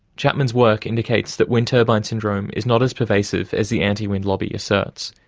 chapman's work indicates that wind turbine syndrome is not as pervasive as the anti-wind lobby asserts,